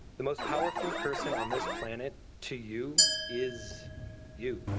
the most powerful person on this planet to you is you.